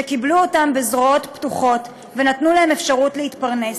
שקיבלו אותם בזרועות פתוחות ונתנו להם אפשרות להתפרנס.